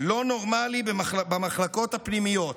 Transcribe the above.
לא נורמלי במחלקות הפנימיות,